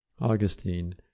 Augustine